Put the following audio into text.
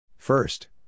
First